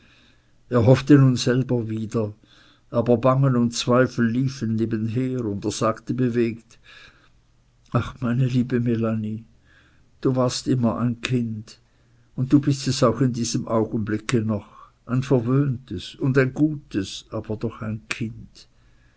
er hoffte nun selber wieder aber bangen und zweifel liefen nebenher und er sagte bewegt ach meine liebe melanie du warst immer ein kind und du bist es auch in diesem augenblicke noch ein verwöhntes und ein gutes aber doch ein kind